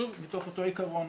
שוב מתוך אותו עיקרון,